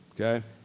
okay